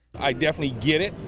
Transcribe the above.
i definitely get it.